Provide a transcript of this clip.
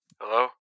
Hello